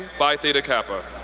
phi theta kappa.